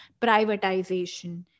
privatization